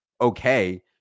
okay